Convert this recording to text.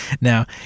now